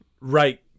right